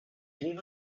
grew